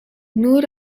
nur